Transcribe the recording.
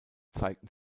zeigten